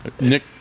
Nick